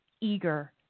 eager